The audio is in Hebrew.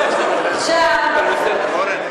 עכשיו,